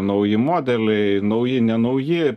nauji modeliai nauji nenauji